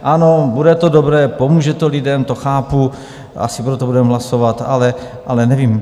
Ano, bude to dobré, pomůže to lidem, to chápu, asi pro to budeme hlasovat, ale nevím.